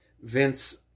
Vince